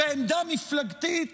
בעמדה מפלגתית,